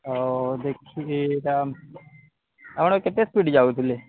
ଆଉ ଦେଖିବା ଆପଣ କେତେ ସ୍ପିଡ୍ ଯାଉଥିଲେ